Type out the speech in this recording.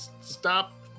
stop